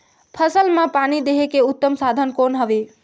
फसल मां पानी देहे के उत्तम साधन कौन हवे?